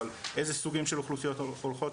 אבל איזה סוגים של אוכלוסיות הולכות.